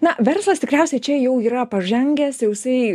na verslas tikriausiai čia jau yra pažengęs jau jisai